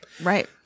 right